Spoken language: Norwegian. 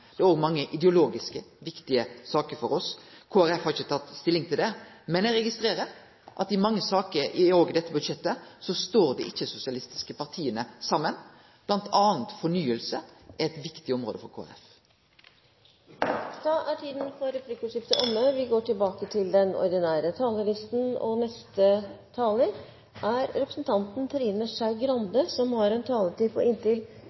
det er òg mange ideologisk viktige saker for oss. Kristeleg Folkeparti har ikkje teke stilling til det, men eg registrerer at i mange saker, òg i dette budsjettet, står dei ikkje-sosialistiske partia saman. Blant anna er fornying eit viktig område for Kristeleg Folkeparti. Replikkordskiftet er omme, og vi går tilbake til den ordinære talerlisten. Neste taler er representanten Trine Skei Grande, som har en taletid på inntil